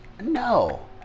No